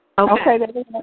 Okay